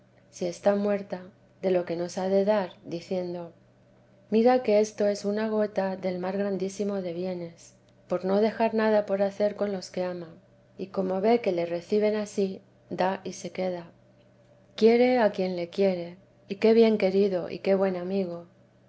si está muerta de lo que nos ha de dar diciendo mira que esto es una gota del mar grandísimo de bienes por no vrda de la santa madre dejar nada por hacer con los que ama y como ve que le reciben ansí da y se da quiere a quien le quiere y qué bien querido y qué buen amigo